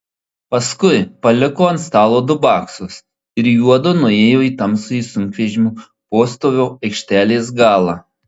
paskui paliko ant stalo du baksus ir juodu nuėjo į tamsųjį sunkvežimių postovio aikštelės galą